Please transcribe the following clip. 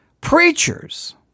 Preachers